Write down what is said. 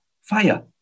fire